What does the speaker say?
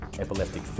Epileptic